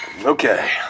Okay